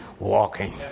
Walking